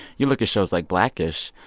you look at shows like black-ish,